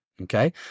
Okay